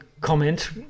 comment